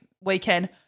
weekend